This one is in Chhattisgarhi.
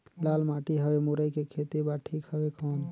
लाल माटी हवे मुरई के खेती बार ठीक हवे कौन?